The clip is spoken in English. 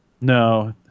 No